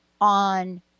on